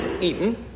eaten